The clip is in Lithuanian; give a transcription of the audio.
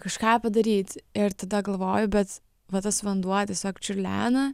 kažką padaryt ir tada galvoju bet va tas vanduo tiesiog čiurlena